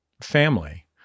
family